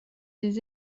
des